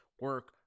Work